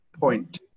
point